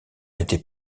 été